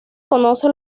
conoce